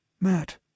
Matt